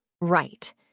Right